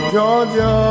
Georgia